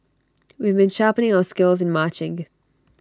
we've been sharpening our skills in marching